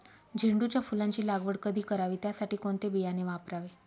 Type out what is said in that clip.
झेंडूच्या फुलांची लागवड कधी करावी? त्यासाठी कोणते बियाणे वापरावे?